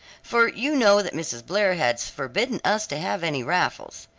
for you know that mrs. blair has forbidden us to have any raffles.